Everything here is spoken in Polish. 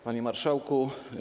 Panie Marszałku!